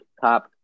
top